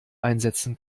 einsetzen